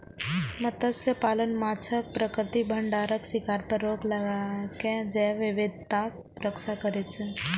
मत्स्यपालन माछक प्राकृतिक भंडारक शिकार पर रोक लगाके जैव विविधताक रक्षा करै छै